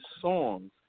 songs